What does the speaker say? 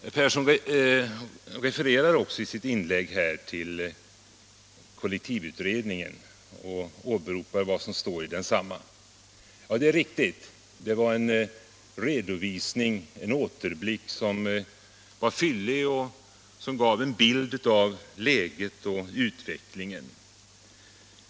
Herr Persson refererade i sitt inlägg till kollektivtrafikutredningen och åberopade vad som står i dess betänkande. Det var en fyllig återblick och den gav en bild av läget och utvecklingen.